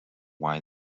why